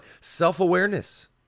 self-awareness